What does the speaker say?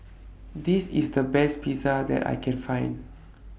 This IS The Best Pizza that I Can Find